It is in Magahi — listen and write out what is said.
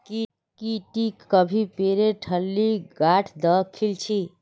की टी कभी पेरेर ठल्लीत गांठ द खिल छि